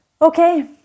okay